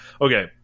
Okay